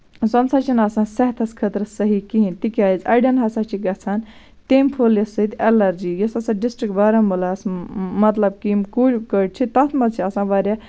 سۄنہٕ سا چھنہٕ آسان صحتَس خٲطرٕ صحیح کِہینۍ تِکیازِ اَڑٮ۪ن ہسا چھِ گژھان تمہِ پھٕلیہِ سۭتۍ ایٚلرجی یُس ہسا ڈِسٹرک بارہمُلہَس مطلب کہِ یِم کُلۍ کٔٹۍ چھِ تَتھ منٛز چھِ آسان واریاہ